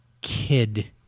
kid